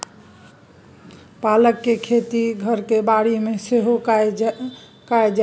पालक केर खेती घरक बाड़ी मे सेहो कएल जाइ छै